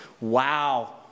wow